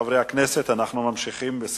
בעד, 14, נגד, אין, ונמנעים, אין.